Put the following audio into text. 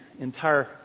entire